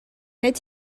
est